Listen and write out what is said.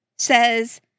Says